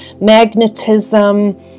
magnetism